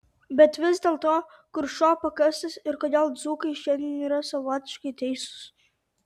bet vis dėlto kur šuo pakastas ir kodėl dzūkai šiandien yra savotiškai teisūs